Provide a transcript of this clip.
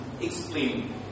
Explain